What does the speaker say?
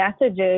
messages